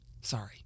Sorry